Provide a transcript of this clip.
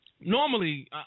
normally